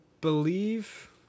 believe